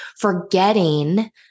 forgetting